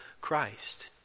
Christ